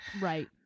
right